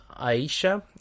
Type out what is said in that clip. Aisha